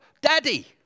Daddy